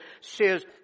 says